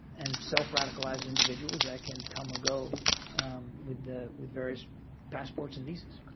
and self-radicalized individuals that can come or go with the with various passports and visas.